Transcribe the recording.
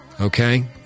Okay